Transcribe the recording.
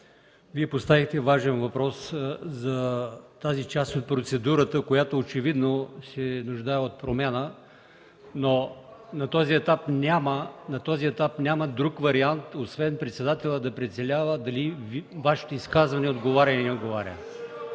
Вие поставихте важен въпрос за тази част от процедурата, която очевидно се нуждае от промяна, но на този етап няма друг вариант, освен председателят да преценява дали Вашето изказване отговаря, или не отговаря.